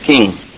King